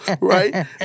right